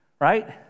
right